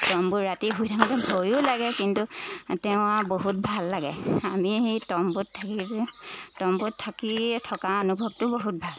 তম্বুত ৰাতি শুই থাকোঁতে ভয়ো লাগে কিন্তু তেওঁ আৰু বহুত ভাল লাগে আমি হেৰি তম্বুত থাকি তম্বুত থাকি থকা অনুভৱটো বহুত ভাল